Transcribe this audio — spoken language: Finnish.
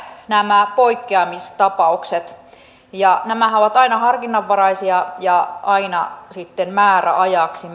nämä poikkeamistapaukset nämähän ovat aina harkinnanvaraisia ja aina myös sitten tehty määräajaksi